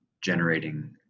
generating